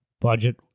Budget